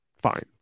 fine